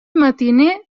matiner